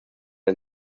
han